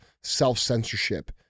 self-censorship